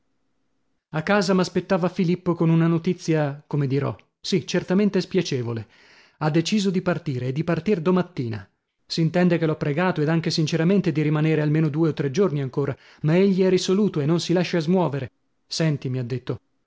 a casa m'aspettava filippo con una notizia come dirò sì certamente spiacevole ha deciso di partire e di partir domattina s'intende che l'ho pregato ed anche sinceramente di rimanere almeno due o tre giorni ancora ma egli è risoluto e non si lascia smuovere senti mi ha detto